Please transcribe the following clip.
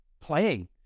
playing